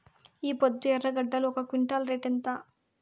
ఈపొద్దు ఎర్రగడ్డలు ఒక క్వింటాలు రేటు ఎంత?